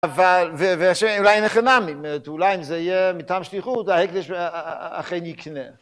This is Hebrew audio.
אבל, ואולי אין הכי נמי, אולי אם זה יהיה מטעם שליחות ההקדש אכן יקנה.